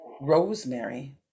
rosemary